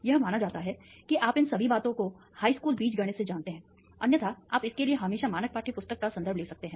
यह माना जाता है कि आप इन सभी बातों को हाई स्कूल बीजगणित से जानते हैं अन्यथा आप इसके लिए हमेशा मानक पाठ्य पुस्तक का संदर्भ ले सकते हैं